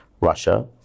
Russia